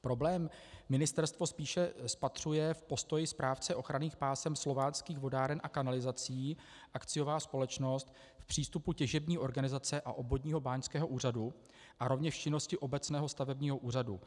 Problém ministerstvo spíše spatřuje v postoji správce ochranných pásem, Slováckých vodáren a kanalizací, a. s., v přístupu těžební organizace a obvodního báňského úřadu a rovněž v činnosti obecného stavebního úřadu.